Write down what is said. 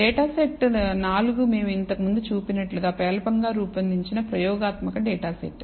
data set 4 మేము ఇంతకు ముందు చూసినట్లుగా పేలవంగా రూపొందించబడిన ప్రయోగాత్మక డేటా సెట్